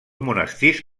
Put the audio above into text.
monestirs